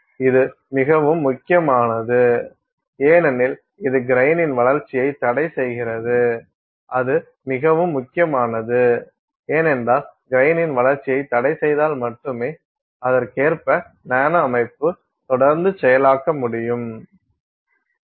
இது மிகவும் முக்கியமானது ஏனெனில் இது க்ரைனின் வளர்ச்சியை தடைசெய்கிறது அது மிகவும் முக்கியமானது ஏனென்றால் க்ரைனின் வளர்ச்சியை தடை செய்தால் மட்டுமே அதற்கேற்ப நானோ அமைப்பு தொடர்ந்து செயலாக்க முடியும்